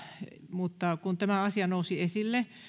mutta kun tämä asia nousi esille